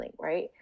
right